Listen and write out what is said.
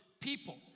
People